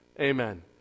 Amen